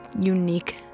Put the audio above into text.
unique